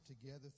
together